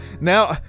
Now